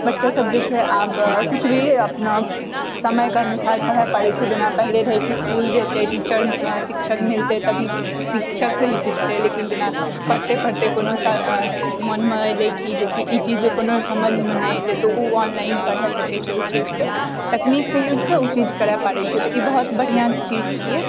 बच्चासभ जे छै आब कुछ भी अपना समयकऽ अनुसार पढ़ पारैत छै जेना पहिले रहय कि इस्कूल जेतय टीचर शिक्षक मिलतय तभी शिक्षकसँ ही पुछतय लेकिन जेना पढ़ते पढ़ते कोनो अथी मनमऽ एलय कि जे ई चीज जे कोनो समझमऽ नहि एलय तऽ ओ ऑनलाइन पढ़ सकैत छै ओ चीजकऽ तकनीककऽ यूजसँ ओ चीज करऽ पारैत छै तऽ ई बहुत बढ़िआँ चीज छियै